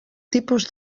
tipus